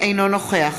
אינו נוכח